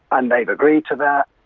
and they've agreed to that.